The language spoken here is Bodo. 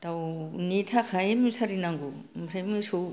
दाउनि थाखाय मुसारि नांगौ ओमफ्राय मोसौ